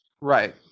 Right